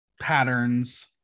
patterns